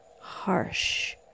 harsh